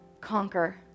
conquer